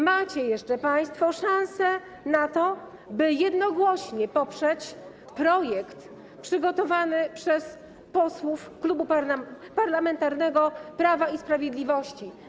Macie jeszcze państwo szansę na to, by jednogłośnie poprzeć projekt przygotowany przez posłów Klubu Parlamentarnego Prawo i Sprawiedliwość.